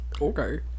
Okay